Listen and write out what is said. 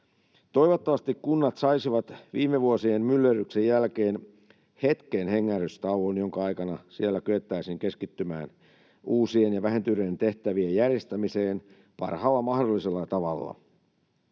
Toivottavasti kunnat saisivat viime vuosien myllerryksen jälkeen hetken hengähdystauon, jonka aikana siellä kyettäisiin keskittymään uusien ja vähentyneiden tehtävien järjestämiseen parhaalla mahdollisella tavalla.